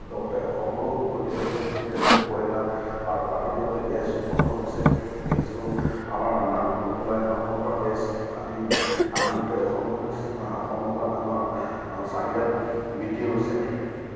লগতে অসমৰো উন্নতি হৈছে ঠিক তেনেকৈ কয়লা আৰু প্ৰাকৃতিকভাৱে গেছ উৎপন্ন হৈছে গেছটো আমাৰ নামৰূপত ওলাই নামৰূপৰপৰা গেছ আদি আমি গোটেই অসমখনে অসমৰ কাৰণে আমাৰ চাহিদা বৃদ্ধি হৈছে